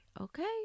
okay